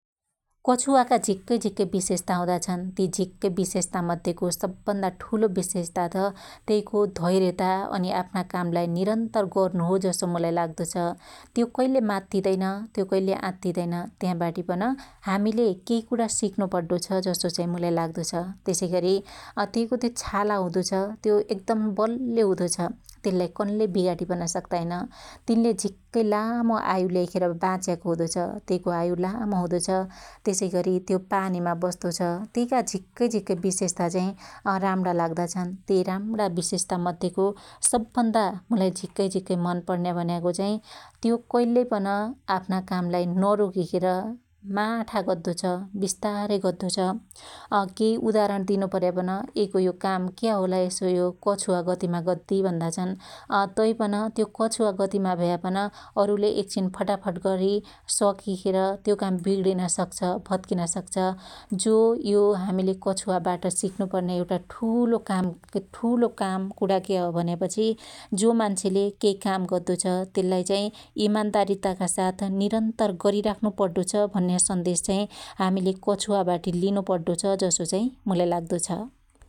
कछुवाका झीक्कै झीक्कै बिशेषाता हुदा छन् । ति झीक्कै बिशेषाता मध्यको सब भन्दा ठुलो बिशेषाता त त्यइको धैर्यता अनि आफ्ना कामलाई निरन्तर गर्नु हो जसो मुलाई लाग्दो छ । त्यो कइल्यै मात्तीदैन त्यो कइल्यै आत्तीदैन त्याबाटी पन हामिले केइकुणा सुक्नु पड्डो छ जसो चाहि मुलाई लाग्दो छ । त्यसैगरी त्यइको त्यो छाला हुदो छ त्यो एकदम बल्यो हुदो छ तेल्लाई कन्ल्यै बिगाडी पन सक्ताइन । तिनले झीक्कै लामो आयु ल्याइखेर बाच्याको हुदो छ । त्यइको आयु लामो हुदो छ । त्यसैगरी त्यो पानिमा बस्तो छ । त्यइका झीक्कै झीक्कै बिशेषाता चाहि राम्णा लाग्दाछन् । त्यइ राम्णा बिशेषाता मध्यको सब भन्दा मुलाई झीक्कै झीक्कै मन पड्न्या भन्याको चाहि त्यो कइल्यै पन आफ्ना कामलाई नरोकीखेर माठा गद्दो छ बिस्तारै गद्दो छ । अकेइ उदारण दिनु पर्यापन यइको यो काम क्या होला यसो यो कछुवा गतिमा गद्दी भन्दाछन् । अअ तैपनी त्यो कछुवा गतिमा भ्यापन अरुले एकछिन फटाफट गरी सकिखेर त्यो काम बिग्ग्रिन सक्छ भत्किन सक्छ । जो यो हामिले कछुवाबाट सिक्नु पर्न्या एउटा ठुलो काम कुणाा क्या हो भन्यापछि जो मान्छेले केइ काम गद्दो छ त्यल्लाई चाहि ईमान्दारीताका साथ निरन्तर गरीराख्नु पट्डो छ भन्या सन्देश चाहि हामिले कछुवाबाटी लिनु पड्डो छ जसो चाहि मुलाई लाग्दो छ ।